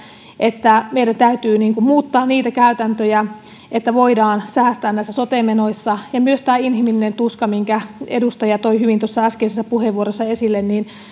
että meidän täytyy muuttaa käytäntöjä niin että voidaan säästää näissä sote menoissa ja myös tämä inhimillinen tuska minkä edustaja toi hyvin äskeisessä puheenvuorossa esille